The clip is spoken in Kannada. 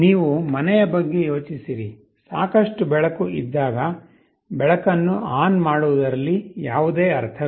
ನೀವು ಮನೆಯ ಬಗ್ಗೆ ಯೋಚಿಸಿರಿ ಸಾಕಷ್ಟು ಬೆಳಕು ಇದ್ದಾಗ ಬೆಳಕನ್ನು ಆನ್ ಮಾಡುವುದರಲ್ಲಿ ಯಾವುದೇ ಅರ್ಥವಿಲ್ಲ